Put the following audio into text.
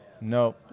no